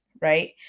Right